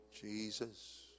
Jesus